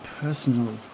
personal